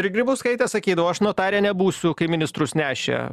ir grybauskaitė sakydavo aš notare nebūsiu kai ministrus nešė